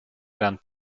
gran